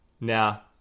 Now